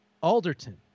Alderton